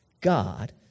God